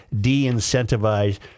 de-incentivize